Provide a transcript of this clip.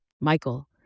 Michael